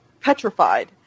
petrified